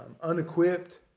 unequipped